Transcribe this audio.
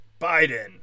Biden